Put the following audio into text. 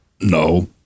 no